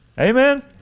Amen